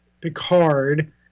Picard